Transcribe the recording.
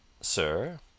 Sir